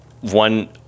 one